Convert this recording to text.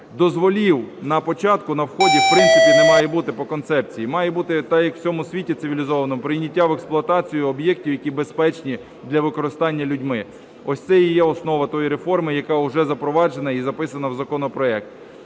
Дозволів на початку, на вході в принципі не має бути по концепції. Має бути так, як у всьому світі цивілізованому: прийняття в експлуатацію об'єктів, які безпечні для використання людьми. Ось це і є основа тої реформи, яка уже запроваджена і записана в законопроект.